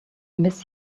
miss